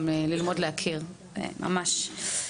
ללמוד ולהכיר על נקודות החיבור האלה.